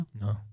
No